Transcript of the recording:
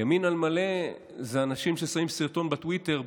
ימין על מלא זה אנשים ששמים סרטון בטוויטר,